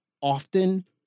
often